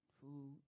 food